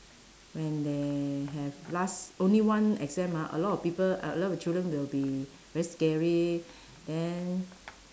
when they have last only one exam ah a lot of people a lot of children will be very scary then